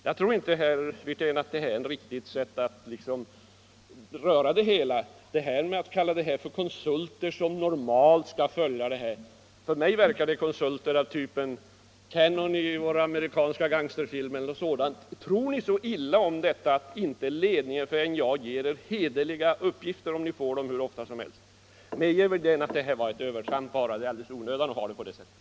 Jag tror inte, herr Wirtén, att det är ett riktigt sätt att gå till väga att införa dessa konsulter som normalt skall följa företaget. För mig verkar det vara konsulter av typen Cannon i våra amerikanska gangsterfilmer. Tror ni så illa om detta företag? Tror ni inte att ledningen för NJA kan lämna er hederliga uppgifter, om ni får dem hur ofta som helst? Medge, herr Wirtén, att detta var ett övertramp och att det är helt onödigt att ha sådana här konsulter!